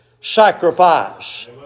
sacrifice